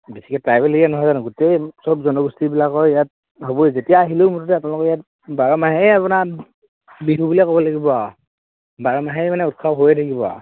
বেছিকে tribal area নহয় জানো গোটেই চব জনগোষ্ঠীবিলাকৰ ইয়াত হ'বই যেতিয়া আহিলেও মুঠতে আপোনালোকে ইয়াত বাৰ মাহে আপোনাৰ বিহু বুলিয়ে ক'ব লাগিব আৰু বাৰ মাহেই মানে উৎসৱ হৈয়ে থাকিব আৰু